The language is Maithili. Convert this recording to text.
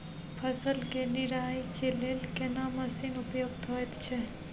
फसल के निराई के लेल केना मसीन उपयुक्त होयत छै?